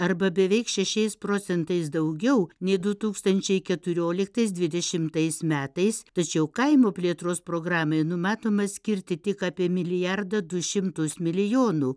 arba beveik šešiais procentais daugiau nei du tūkstančiai keturioliktais dvidešimtais metais tačiau kaimo plėtros programai numatoma skirti tik apie milijardą du šimtus milijonų